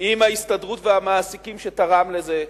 עם ההסתדרות והמעסיקים שתרם לזה.